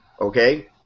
Okay